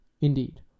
Indeed